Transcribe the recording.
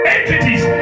Entities